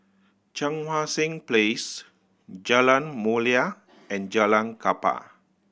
Cheang Wan Seng Place Jalan Mulia and Jalan Kapal